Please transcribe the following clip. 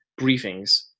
briefings